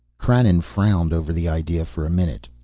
krannon frowned over the idea for a minute.